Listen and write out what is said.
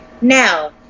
Now